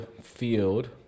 field